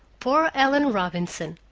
poor ellen robinson!